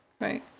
Right